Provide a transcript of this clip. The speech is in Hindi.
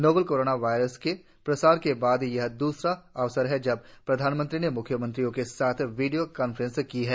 नोवल कोरोना वायरस के प्रसार के बाद यह दूसरा अवसर है जब प्रधानमंत्री ने म्ख्यमंत्रियों के साथ वीडियों कांफ्रेंस की है